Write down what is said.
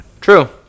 True